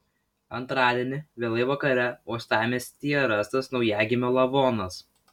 antradienį vėlai vakare uostamiestyje rastas naujagimio lavonas